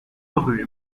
rue